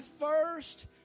first